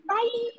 Bye